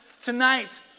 tonight